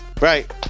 Right